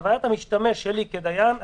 בחוויית המשתמש שלי כדיין,